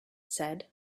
said